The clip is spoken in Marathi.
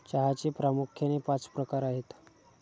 चहाचे प्रामुख्याने पाच प्रकार आहेत